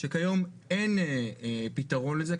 שכיום אין פתרון לזה.